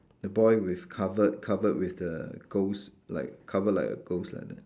the boy with covered covered with the ghost like cover like a ghost like that